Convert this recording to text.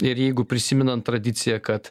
ir jeigu prisimenant tradiciją kad